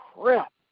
crap